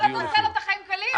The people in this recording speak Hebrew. אבל אתה עושה לו את החיים קלים.